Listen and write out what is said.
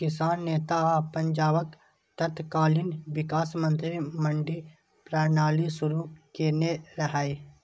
किसान नेता आ पंजाबक तत्कालीन विकास मंत्री मंडी प्रणाली शुरू केने रहै